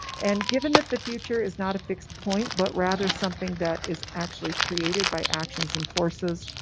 and given that the future is not a fixed point, but rather something that is actually created by actions and forces,